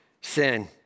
sin